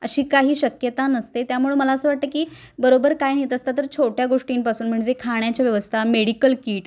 अशी काही शक्यता नसते त्यामुळं मला असं वाटतं की बरोबर काय नेत असतात तर छोट्या गोष्टींपासून म्हणजे खाण्याच्या व्यवस्था मेडिकल किट